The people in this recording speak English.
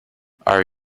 are